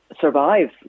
Survive